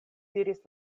diris